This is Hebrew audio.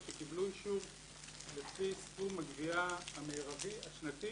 שקיבלו אישור לפי סכום הגביה המרבי השנתי